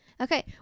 Okay